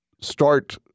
start